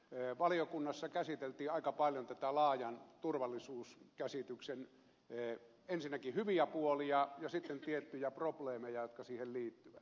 valiokunnassa käsiteltiin aika paljon ensinnäkin tämän laajan turvallisuuskäsityksen hyviä puolia ja sitten tiettyjä probleemeja jotka siihen liittyvät